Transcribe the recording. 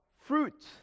fruit